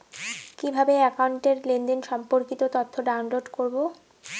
কিভাবে একাউন্টের লেনদেন সম্পর্কিত তথ্য ডাউনলোড করবো?